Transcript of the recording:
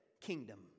kingdom